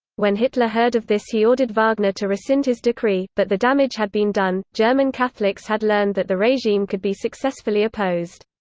when hitler heard of this he ordered wagner to rescind his decree, but the damage had been done german catholics had learned that the regime could be successfully opposed.